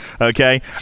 Okay